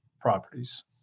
properties